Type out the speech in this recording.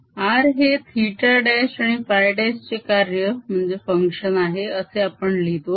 R हे θ' आणि φ' चे कार्य आहे असे आपण लिहितो